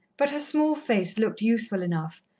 but her small face looked youthful enough,